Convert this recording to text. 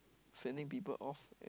sending people off